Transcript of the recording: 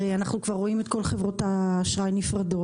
הרי אנחנו כבר רואים את כל חברות האשראי נפרדות.